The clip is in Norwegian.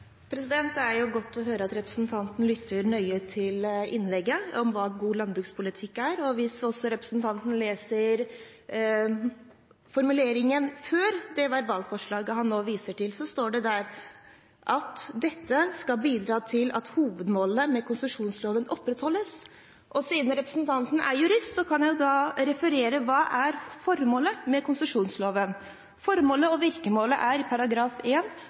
Det er godt å høre at representanten Storberget lytter nøye til innlegget om hva god landbrukspolitikk er. Hvis representanten også leser en formulering i innstillingen som står før det verbalforslaget han nå viser til, står det at dette «vil bidra til at hovedformålet med konsesjonsloven opprettholdes». Siden representanten er jurist, kan jeg referere hva som er formålet med konsesjonsloven. Formålet